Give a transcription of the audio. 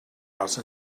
house